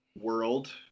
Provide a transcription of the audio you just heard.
world